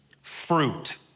fruit